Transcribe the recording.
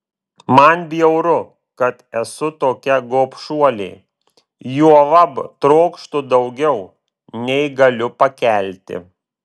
man bjauru kad esu tokia gobšuolė juolab trokštu daugiau nei galiu pakelti